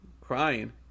crying